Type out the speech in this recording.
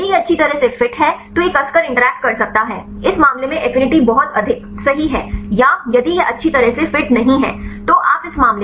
यदि यह अच्छी तरह से फिट है तो यह कसकर इंटरैक्ट कर सकता है इस मामले में एफिनिटी बहुत अधिक सही है या यदि यह अच्छी तरह से फिट नहीं है तो इस मामले में एफिनिटी कम है